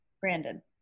Brandon